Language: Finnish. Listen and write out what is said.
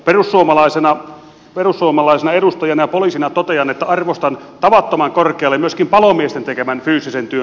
perussuomalaisena edustajana ja poliisina totean että arvostan tavattoman korkealle myöskin palomiesten tekemän fyysisen työn